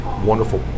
wonderful